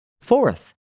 Fourth